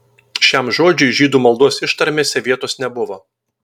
šiam žodžiui žydų maldos ištarmėse vietos nebuvo